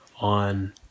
on